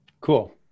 Cool